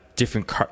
different